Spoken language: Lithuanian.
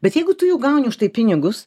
bet jeigu tu jau gauni už tai pinigus